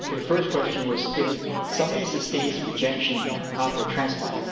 the first question was, if somebody sustains a rejection after transplant,